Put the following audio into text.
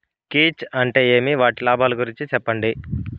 కీచ్ అంటే ఏమి? వాటి లాభాలు గురించి సెప్పండి?